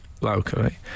locally